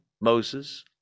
Moses